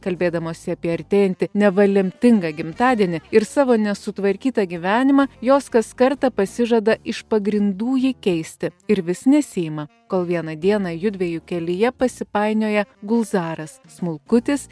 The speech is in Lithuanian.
kalbėdamosi apie artėjantį neva lemtingą gimtadienį ir savo nesutvarkytą gyvenimą jos kas kartą pasižada iš pagrindų jį keisti ir vis nesiima kol vieną dieną jųdviejų kelyje pasipainioja gulzaras smulkutis